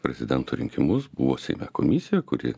prezidento rinkimus buvo seime komisija kuri